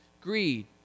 Greed